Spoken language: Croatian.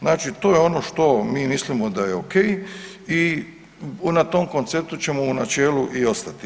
Znači to je ono što mi mislimo da je ok i na tom konceptu ćemo u načelu i ostati.